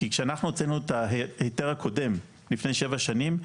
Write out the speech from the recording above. כי כשאנחנו הוצאנו את ההיתר הקודם לפני שבע שנים,